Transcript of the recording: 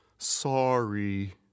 Sorry